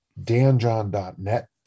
DanJohn.net